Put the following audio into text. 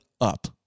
up